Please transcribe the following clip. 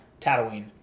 Tatooine